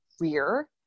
career